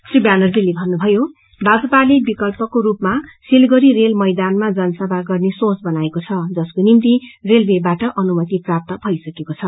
श्र व्यानर्जीले भन्नुभयो भाजपाले विकल्पाको रूपमा सिलगड़ी रेल मैदानमा जनसभा गर्ने सोच बनाएको छ जसको निम्ति रेलवेबाट अनुमति प्राप्त भएको छ